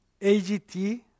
AGT